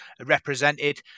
represented